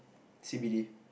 C_B_D